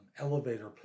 elevator